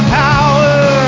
power